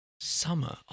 summer